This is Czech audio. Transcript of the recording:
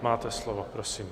Máte slovo, prosím.